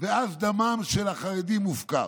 אז דמם של החרדים מופקר.